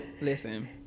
listen